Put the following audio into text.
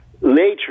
later